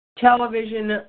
television